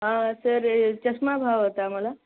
हा सर चष्मा हवा होता आम्हाला